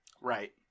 Right